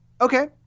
Okay